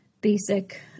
basic